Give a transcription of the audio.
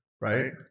Right